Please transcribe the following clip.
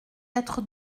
être